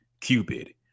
Cupid